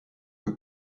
que